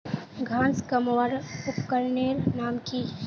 घांस कमवार उपकरनेर नाम की?